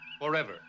forever